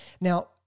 Now